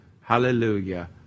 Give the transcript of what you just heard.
Hallelujah